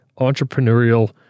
entrepreneurial